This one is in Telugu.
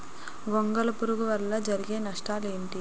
గొంగళి పురుగు వల్ల జరిగే నష్టాలేంటి?